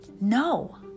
no